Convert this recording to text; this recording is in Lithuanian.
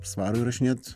svaru įrašinėt